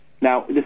Now